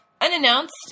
unannounced